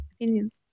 opinions